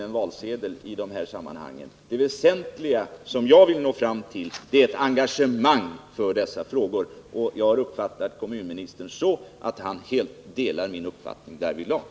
Det väsentliga i det här sammanhanget som jag vill nå fram till är ett engagemang i dessa frågor. Jag har uppfattat kommunministern så att han helt delar min uppfattning därvidlag.